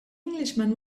englishman